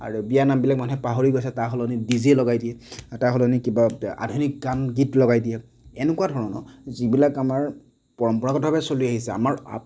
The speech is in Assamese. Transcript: আৰু বিয়ানামবিলাক মানুহে পাহৰি গৈছে তাৰসলনি ডি জে লগাই দিয়ে তাৰ সলনি কিবা আধুনিক গান গীত লগায় দিয়ে এনেকুৱা ধৰণৰ যিবিলাক আমাৰ পৰম্পৰাগতভাৱে চলি আহিছে আমাৰ